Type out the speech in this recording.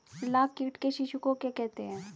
लाख कीट के शिशु को क्या कहते हैं?